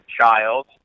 child